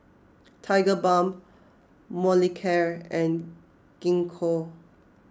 Tigerbalm Molicare and Gingko